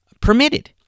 permitted